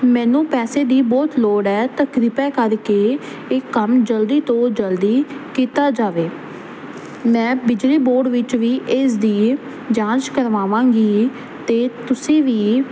ਮੈਨੂੰ ਪੈਸੇ ਦੀ ਬਹੁਤ ਲੋੜ ਐ ਤਾਂ ਕ੍ਰਿਪਾ ਕਰਕੇ ਇਹ ਕੰਮ ਜਲਦੀ ਤੋਂ ਜਲਦੀ ਕੀਤਾ ਜਾਵੇ ਮੈਂ ਬਿਜਲੀ ਬੋਰਡ ਵਿੱਚ ਵੀ ਇਸ ਦੀ ਜਾਂਚ ਕਰਵਾਵਾਂਗੀ ਅਤੇ ਤੁਸੀਂ ਵੀ